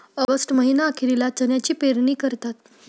August महीना अखेरीला चण्याची पेरणी करतात